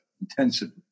intensively